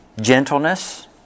Gentleness